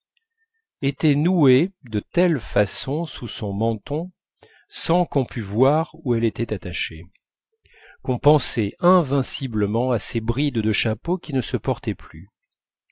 était nouée de telle façon sous son menton sans qu'on pût voir où elle était attachée qu'on pensait invinciblement à ces brides de chapeaux qui ne se portaient plus